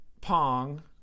pong